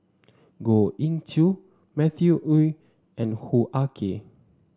Goh Ee Choo Matthew Ngui and Hoo Ah Kay